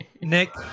Nick